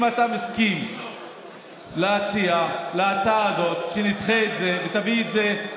אם אתה מסכים להצעה, נדחה את זה ותביא את זה.